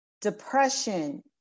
depression